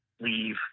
leave